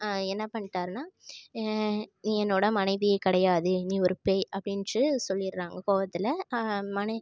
என்ன பண்ணிட்டாருனா நீ என்னோடய மனைவியே கிடையாது நீ ஒரு பேய் அப்படின்று சொல்லிடுறாங்க கோபத்துல மனை